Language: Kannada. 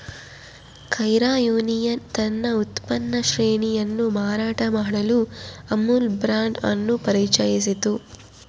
ಕೈರಾ ಯೂನಿಯನ್ ತನ್ನ ಉತ್ಪನ್ನ ಶ್ರೇಣಿಯನ್ನು ಮಾರಾಟ ಮಾಡಲು ಅಮುಲ್ ಬ್ರಾಂಡ್ ಅನ್ನು ಪರಿಚಯಿಸಿತು